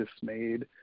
dismayed